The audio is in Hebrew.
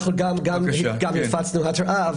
אנחנו גם הפצנו התרעה,